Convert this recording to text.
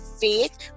faith